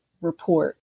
report